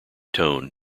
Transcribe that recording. tone